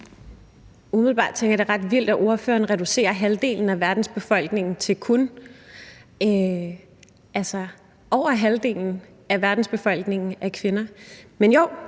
Umiddelbart tænker jeg, at det er ret vildt, at ordføreren reducerer halvdelen af verdens befolkning på den måde. Over halvdelen af verdens